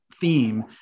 theme